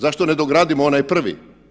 Zašto ne dogradimo onaj prvi.